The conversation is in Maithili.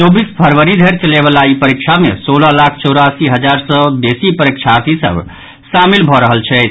चौबीस फरवरी धरि चलयवला ई परीक्षा मे सोलह लाख चौरासी हजार सॅ बेसी परीक्षार्थी सभ शामिल भऽ रहल छथि